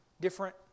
different